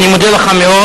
אני מודה לך מאוד.